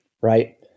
right